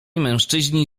mężczyźni